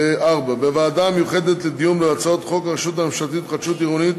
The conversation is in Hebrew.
בוועדה המיוחדת לדיון בהצעת חוק הרשות הממשלתית להתחדשות עירונית